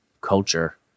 culture